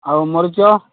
ଆଉ ମରିଚ